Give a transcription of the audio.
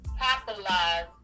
capitalize